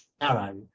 arrow